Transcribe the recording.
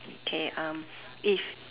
okay um if